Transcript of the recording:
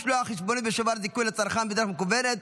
משלוח חשבונית ושובר זיכוי לצרכן בדרך מקוונת),